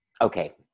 Okay